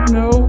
no